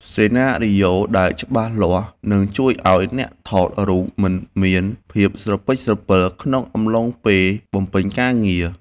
សេណារីយ៉ូដែលច្បាស់លាស់នឹងជួយឱ្យអ្នកថតរូបមិនមានភាពស្រពេចស្រពិលក្នុងអំឡុងពេលបំពេញការងារ។